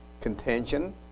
contention